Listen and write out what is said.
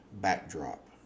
backdrop